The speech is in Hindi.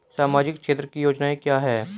सामाजिक क्षेत्र की योजना क्या है?